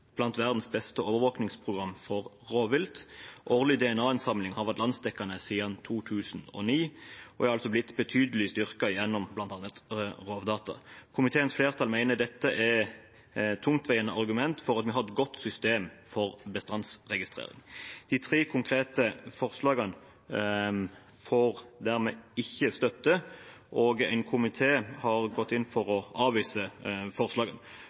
verdens beste overvåkingsprogram for rovvilt. Årlig DNA-innsamling har vært landsdekkende siden 2009 og er blitt betydelig styrket gjennom bl.a. Rovdata. Komiteens flertall mener dette er et tungtveiende argument for at vi har et godt system for bestandsregistrering. Disse tre konkrete forslagene får ikke nok støtte, og flertallet i komiteen har gått inn for å avvise forslagene.